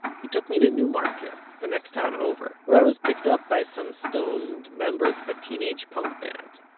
he took me to newmarket, the next town over, where i was picked up by some stoned members of a teenage punk band,